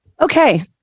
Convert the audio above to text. Okay